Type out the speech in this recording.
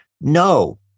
No